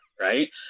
Right